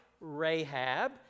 Rahab